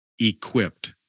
equipped